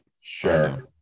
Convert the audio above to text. Sure